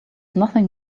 nothing